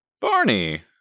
Barney